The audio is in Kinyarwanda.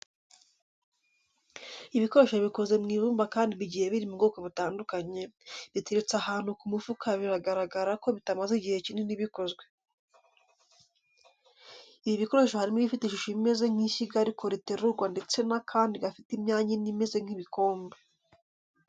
Ibikoresho bikoze mu ibumba kandi bigiye biri mu bwoko butandukanye, biteretse ahantu ku mufuka bigaragara ko bitamaze igihe kinini bikozwe. Ibi bikoresho harimo ibifite ishusho imeze nk'ishyiga ariko riterurwa ndetse n'akandi gafite imyanya ine imeze nk'ibikombe.